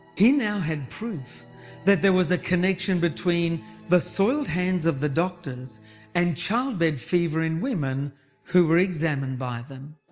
he now had proof that there was a connection between the soiled hands of the doctors and childbed fever in women who were examined by them.